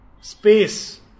space